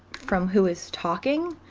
from who is talking.